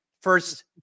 first